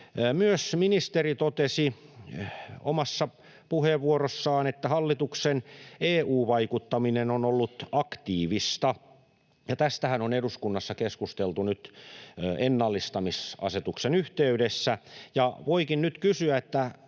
Ministeri totesi omassa puheenvuorossaan, että hallituksen EU-vaikuttaminen on ollut aktiivista. Tästähän on eduskunnassa keskusteltu nyt ennallistamisasetuksen yhteydessä, ja voikin nyt kysyä: jos